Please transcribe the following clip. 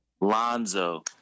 Lonzo